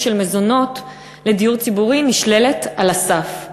של מזונות לדיור ציבורי נשללת על הסף,